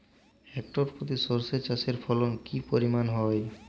Hectare প্রতি সর্ষে চাষের ফলন কি পরিমাণ হয়?